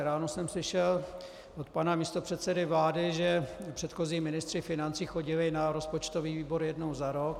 Ráno jsem slyšel od pana místopředsedy vlády, že předchozí ministři financí chodili na rozpočtový výbor jednou za rok.